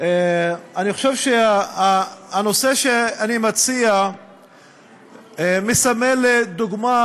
אני חושב שהנושא שאני מציע מסמל דוגמה